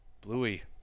bluey